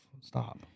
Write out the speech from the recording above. Stop